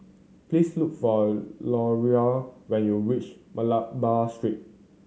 please look for Leroy when you reach Malabar Street